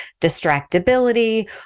distractibility